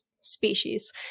species